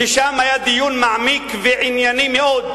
ששם היה דיון מעמיק וענייני מאוד,